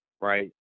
right